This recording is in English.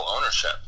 ownership